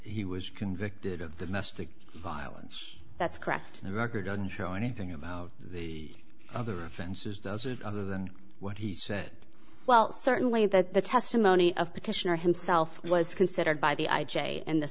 he was convicted of domestic violence that's correct the record doesn't show anything about the other offenses doesn't other than what he said well certainly that the testimony of petitioner himself was considered by the i j a and the